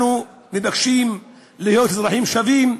אנחנו מבקשים להיות אזרחים שווים.